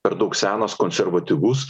per daug senas konservatyvus